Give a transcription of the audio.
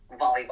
volleyball